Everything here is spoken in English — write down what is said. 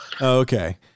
Okay